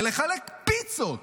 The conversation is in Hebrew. ולחלק פיצות